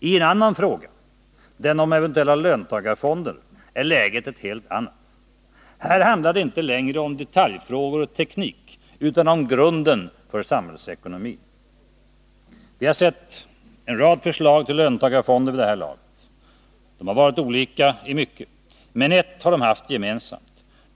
Ten annan fråga, den om eventuella löntagarfonder, är läget ett helt annat. Här handlar det inte längre om detaljfrågor och teknik utan om grunden för samhällsekonomin. Vi har sett en rad förslag till löntagarfonder vid det här laget. De har varit olika i mycket, men ett har de haft gemensamt.